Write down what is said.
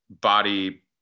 body